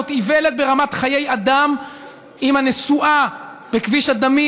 זאת איוולת ברמת חיי אדם אם הנסועה בכביש הדמים